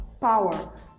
power